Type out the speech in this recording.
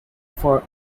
for